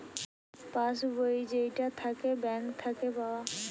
pass বই যেইটা থাকে ব্যাঙ্ক থাকে পাওয়া